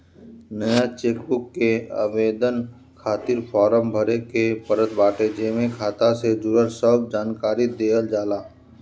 नया चेकबुक के आवेदन खातिर फार्म भरे के पड़त बाटे जेमे खाता से जुड़ल सब जानकरी देहल जाला